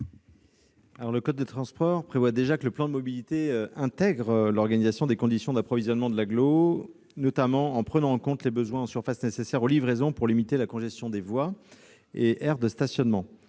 Le code des transports prévoit déjà que le plan de mobilité intègre l'organisation des conditions d'approvisionnement de l'agglomération, notamment en tenant compte des besoins en surface nécessaires aux livraisons pour limiter la congestion des voies et aires de stationnement,